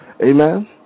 Amen